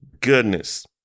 goodness